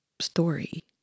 story